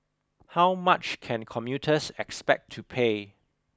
how much can commuters expect to pay